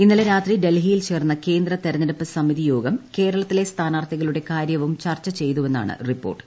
ഇന്നലെ രാത്രി ഡൽഹിയിൽ ചേർന്ന കേന്ദ്ര തിരഞ്ഞെടുപ്പ് സമിതിയോഗം കേരളത്തിലെ സ്ഥാനാർത്ഥികളുടെ കാര്യവും ചർച്ച ചെയ്തുവെന്നാണ് റ്റിപ്പോർട്ട്